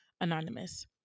anonymous